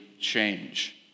change